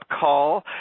call